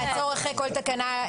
נעצור אחרי כל תקנה,